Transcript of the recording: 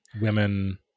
women